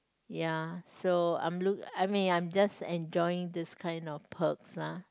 ya so I'm look I mean I'm just enjoying these kind of perks lah